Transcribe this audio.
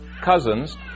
cousins